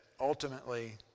ultimately